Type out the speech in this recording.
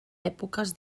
èpoques